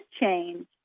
change